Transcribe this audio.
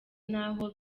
n’aho